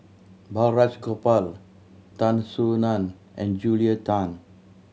Balraj Gopal Tan Soo Nan and Julia Tan